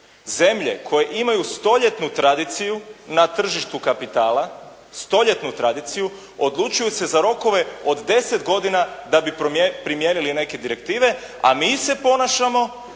Zemlje koje imaju stoljetnu tradiciju na tržištu kapitala, stoljetnu tradiciju odlučuju se za rokove od 10 godina da bi primijenile neke direktive, a mi se ponašamo